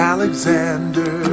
Alexander